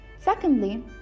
Secondly